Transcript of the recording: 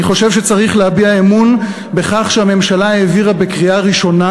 אני חושב שצריך להביע אמון בכך שהממשלה העבירה בקריאה ראשונה,